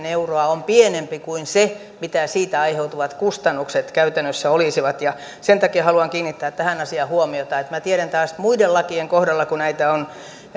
euroa on pienempi kuin se mitä siitä aiheutuvat kustannukset käytännössä olisivat sen takia haluan kiinnittää tähän asiaan huomiota minä tiedän taas muiden lakien kohdalla kun näitä on